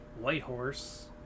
Whitehorse